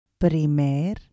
Primer